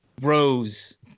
rose